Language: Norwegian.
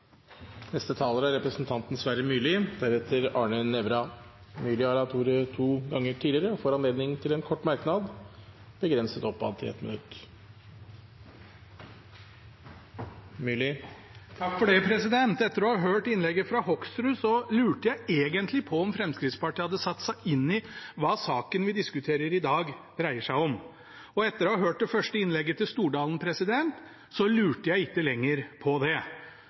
får ordet til en kort merknad, begrenset til 1 minutt. Etter å ha hørt innlegget fra Hoksrud, lurte jeg på om Fremskrittspartiet egentlig hadde satt seg inn i hva saken vi diskuterer i dag, dreier seg om, og etter å ha hørt det første innlegget til Stordalen, lurte jeg ikke lenger på det.